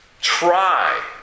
try